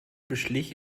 beschlich